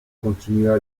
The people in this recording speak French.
continua